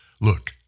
Look